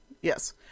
Yes